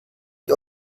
die